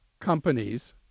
companies